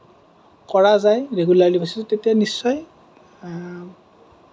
কৰা যায় ৰেগুলাৰলি বেচিছত তেতিয়া নিশ্চয়